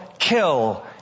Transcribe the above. Kill